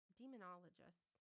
demonologists